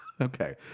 Okay